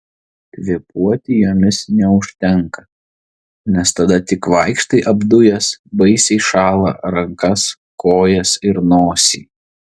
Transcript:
kvėpuoti jomis neužtenka nes tada tik vaikštai apdujęs baisiai šąla rankas kojas ir nosį